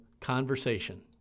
conversation